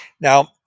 Now